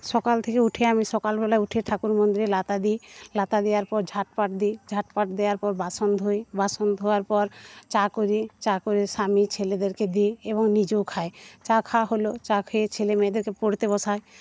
সকাল থেকে উঠে আমি সকালবেলা উঠে ঠাকুরমন্দিরে লাতা দিই লাতা দেওয়ার পর ঝাঁট ফাট দিই ঝাঁট ফাট দেওয়ার পর বাসন ধুই বাসন ধোওয়ার পর চা করি চা করে স্বামী ছেলেদেরকে দিই এবং নিজেও খাই চা খাওয়া হল চা খেয়ে ছেলেমেয়েদেরকে পড়তে বসাই